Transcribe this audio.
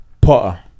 Potter